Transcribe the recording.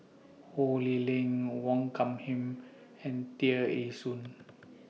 Ho Lee Ling Wong Hung Khim and Tear Ee Soon